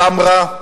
תמרה,